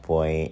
Boy